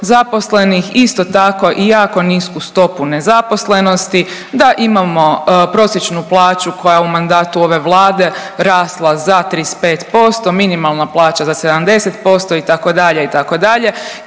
zaposlenih. Isto tako i jako nisku stopu nezaposlenosti, da imamo prosječnu plaću koja je u mandatu ove Vlade rasla za 35%. Minimalna plaća za 70% itd., itd.